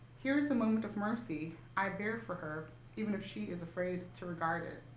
here is the movement of mercy i bear for her even if she is afraid to regard it.